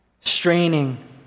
straining